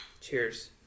Cheers